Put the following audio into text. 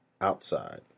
outside